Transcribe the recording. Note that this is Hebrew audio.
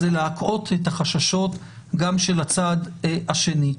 זה להקהות את החששות גם של הצד השני.